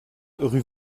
rue